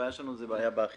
הבעיה שלנו היא באכיפה.